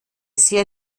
sehr